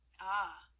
Ah